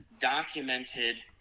documented